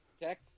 tech